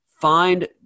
Find